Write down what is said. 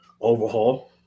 overhaul